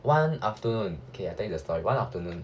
one afternoon okay I tell you the story one afternoon